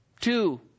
Two